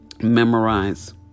memorize